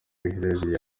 biherereye